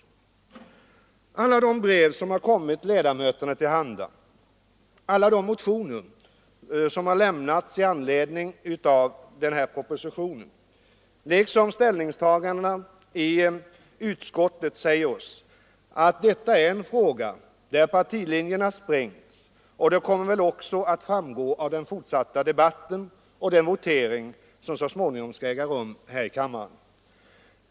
Alla de brev som kommit ledamöterna till handa, alla de motioner som lämnats i anledning av propositionen liksom ställningstagandena i utskottet säger oss att detta är en fråga där partilinjerna sprängts, och det kommer väl också att framgå av den fortsatta debatten och den votering som så småningom skall äga rum här i kammaren.